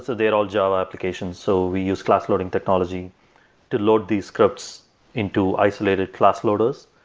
so they're all java applications, so we use class loading technology to load these scripts into isolated class loaders.